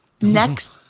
next